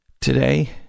today